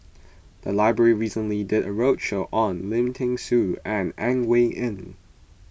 the library recently did a roadshow on Lim thean Soo and Ang Wei Neng